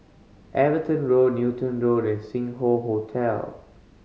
Everton Road Newton Road and Sing Hoe Hotel